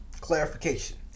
Clarification